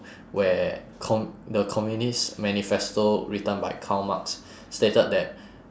where com~ the communist manifesto written by karl marx stated that